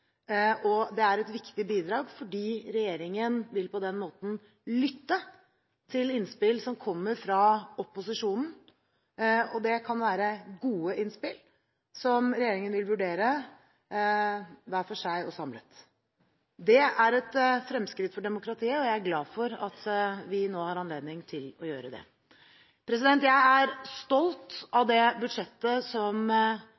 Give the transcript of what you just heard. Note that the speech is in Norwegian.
Det er et viktig bidrag fordi regjeringen på den måten vil lytte til innspill som kommer fra opposisjonen – det kan være gode innspill, som regjeringen vil vurdere hver for seg og samlet. Det er et fremskritt for demokratiet, og jeg er glad for at vi nå har anledning til å gjøre det. Jeg er stolt